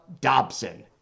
Dobson